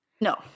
No